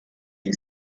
you